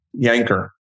Yanker